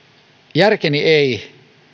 järkeni ei